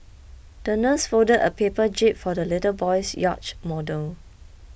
the nurse folded a paper jib for the little boy's yacht model